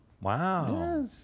Wow